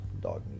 Dog